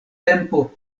tempo